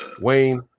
Wayne